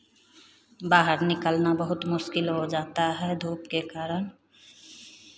बाहर निकलना बहुत मुश्किल हो जाता है धूप के कारण